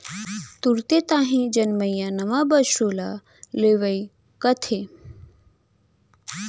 तुरते ताही जनमइया नवा बछरू ल लेवई कथें